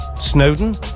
Snowden